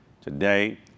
Today